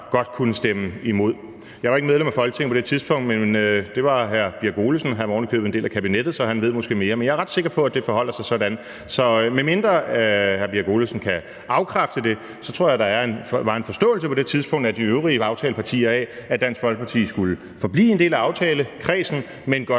godt kunne stemme imod. Jeg var ikke medlem af Folketinget på det tidspunkt, men det var hr. Ole Birk Olesen, og han var ovenikøbet en del af kabinettet, så han ved måske mere om det, men jeg er ret sikker på, at det forholder sig sådan. Så medmindre hr. Ole Birk Olesen kan afkræfte det, så tror jeg, at der på det tidspunkt var en forståelse fra de andre aftalepartiers side af, at Dansk Folkeparti skulle forblive en del af aftalekredsen, men godt